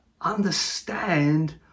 understand